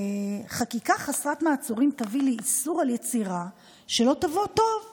חקיקה חסרת מעצורים תביא לאיסור היצירה שלא תבוא טוב לשלטון.